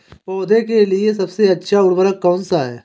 पौधों के लिए सबसे अच्छा उर्वरक कौनसा हैं?